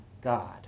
god